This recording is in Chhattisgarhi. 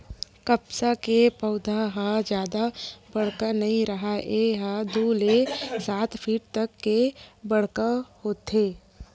कपसा के पउधा ह जादा बड़का नइ राहय ए ह दू ले सात फीट तक के बड़का होथे